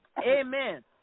Amen